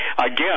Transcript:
Again